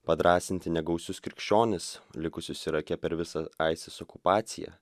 padrąsinti negausius krikščionis likusius irake per visą isis okupaciją